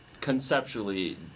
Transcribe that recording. Conceptually